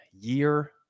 year